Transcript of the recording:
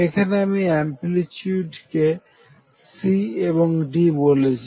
এখানে আমি অ্যামপ্লিচিউডকে C এবং D বলছি